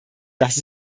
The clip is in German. dass